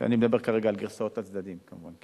אני מדבר כרגע על גרסאות הצדדים כמובן.